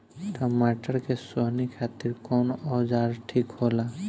टमाटर के सोहनी खातिर कौन औजार ठीक होला?